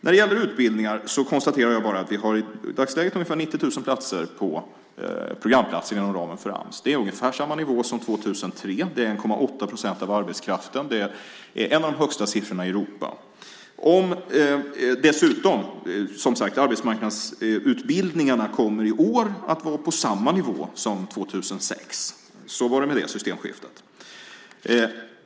När det gäller utbildningar konstaterar jag bara att vi i dagsläget har ungefär 90 000 programplatser inom ramen för Ams. Det är ungefär samma nivå som 2003. Det är 1,8 procent av arbetskraften. Det är en av de högsta siffrorna i Europa. Dessutom kommer arbetsmarknadsutbildningarna i år att vara på samma nivå som 2006. Så var det med det systemskiftet.